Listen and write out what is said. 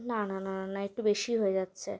না না না না একটু বেশি হয়ে যাচ্ছে